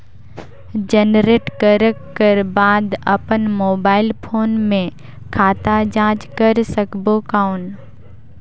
Generate करक कर बाद अपन मोबाइल फोन मे खाता जांच कर सकबो कौन?